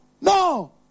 No